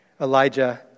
Elijah